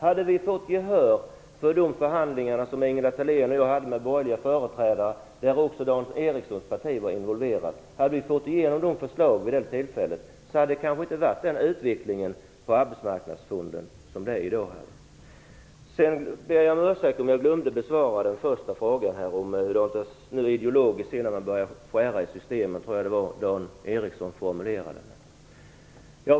Om vi hade fått gehör för förslagen vid de förhandlingar som Ingela Thalén och jag hade med borgerliga företrädare, där även Dan Ericssons parti var involverat , hade vi kanske inte haft den här utvecklingen i Arbetsmarknadsfonden. Jag ber om ursäkt om jag glömde besvara den första frågan om ideologin bakom att man skär i systemet.